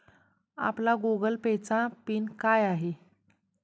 आपला Google Pay चा PIN काय आहे?